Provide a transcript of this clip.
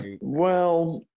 Well-